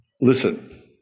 listen